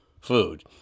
food